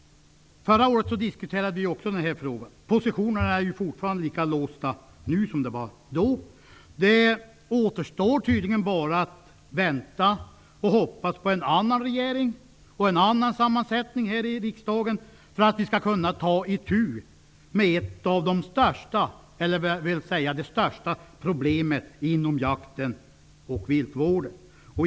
Förra året diskuterade vi också den här frågan. Positionerna är lika låsta nu som de var då. Det återstår tydligen bara att vänta och hoppas på en annan regering och en annan sammansättning av riksdagen för att vi skall kunna ta itu med det största problemet inom jakten och viltvården.